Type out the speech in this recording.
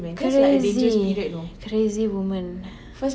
crazy crazy woman